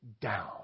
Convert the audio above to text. down